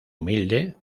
humilde